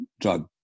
drug